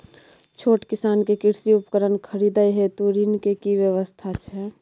छोट किसान के कृषि उपकरण खरीदय हेतु ऋण के की व्यवस्था छै?